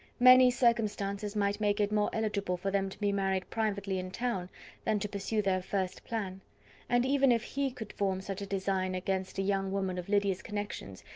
many circumstances might make it more eligible for them to be married privately in town than to pursue their first plan and even if he could form such a design against a young woman of lydia's connections,